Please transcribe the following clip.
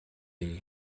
hiv